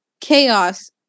chaos